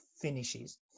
finishes